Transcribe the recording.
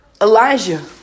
Elijah